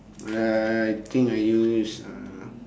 uh think I use uh